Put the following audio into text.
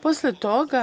Posle toga,